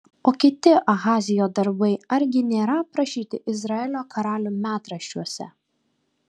o kiti ahazijo darbai argi nėra aprašyti izraelio karalių metraščiuose